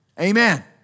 Amen